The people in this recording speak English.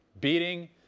beating